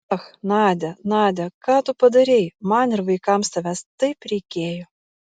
ach nadia nadia ką tu padarei man ir vaikams tavęs taip reikėjo